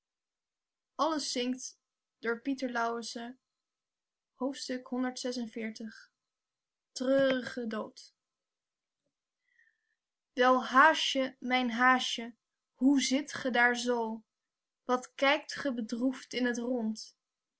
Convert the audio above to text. dood wel haasje mijn haasje hoe zit ge daar zoo wat kijkt ge bedroefd in het rond